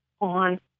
on